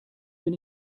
bin